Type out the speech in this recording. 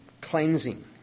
cleansing